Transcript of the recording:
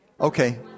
Okay